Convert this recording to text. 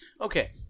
Okay